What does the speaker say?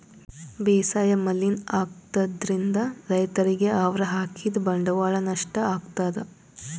ಬೇಸಾಯ್ ಮಲಿನ್ ಆಗ್ತದ್ರಿನ್ದ್ ರೈತರಿಗ್ ಅವ್ರ್ ಹಾಕಿದ್ ಬಂಡವಾಳ್ ನಷ್ಟ್ ಆಗ್ತದಾ